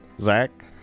Zach